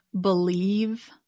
believe